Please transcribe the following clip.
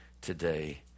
today